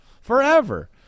forever